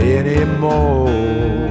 anymore